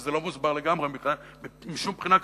שזה לא מוסבר לגמרי משום בחינה כלכלית.